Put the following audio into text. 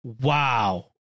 wow